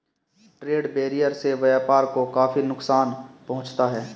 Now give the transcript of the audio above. trade barrier से व्यापार को काफी नुकसान पहुंचता है